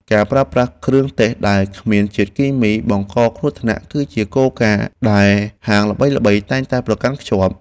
ការប្រើប្រាស់គ្រឿងទេសដែលគ្មានជាតិគីមីបង្កគ្រោះថ្នាក់ គឺជាគោលការណ៍ដែលហាងល្បីៗតែងតែប្រកាន់ខ្ជាប់។